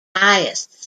highest